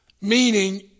meaning